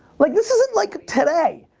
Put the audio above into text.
like, this isn't like today.